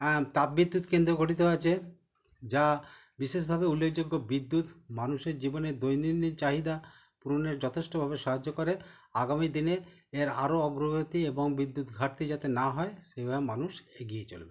হ্যাঁ তাপবিদ্যুৎ কেন্দ্র গঠিত আছে যা বিশেষভাবে উল্লেখযোগ্য বিদ্যুৎ মানুষের জীবনে দৈনন্দিন চাহিদা পূরণের যথেষ্টভাবে সাহায্য করে আগামী দিনে এর আরো অগ্রগতি এবং বিদ্যুৎ ঘাটতি যাতে না হয় সেইভাবে মানুষ এগিয়ে চলবে